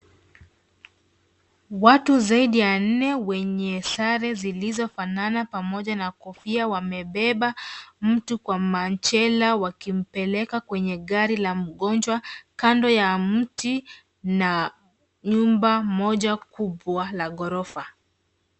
Watu zaidi ya nne wenye sare zilizofanana pamoja na kofia wamebeba mtu kwa machela wakimpeleka kwenye gari la mgonjwa, kando ya mti na nyumba moja kubwa la ghorofa.